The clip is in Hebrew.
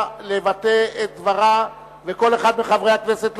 לבטא את דברה וכל אחד מחברי הכנסת,